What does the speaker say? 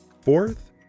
Fourth